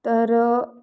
तर